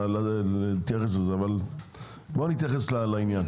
בואו נתייחס לעניין.